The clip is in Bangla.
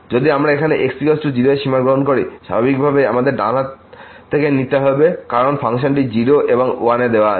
যদি আমরা এখানে x 0 এ সীমা গ্রহণ করি স্বাভাবিকভাবেই আমাদের ডান হাত থেকে নিতে হবে কারণ ফাংশনটি 0 এবং 1 এ দেওয়া আছে